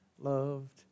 loved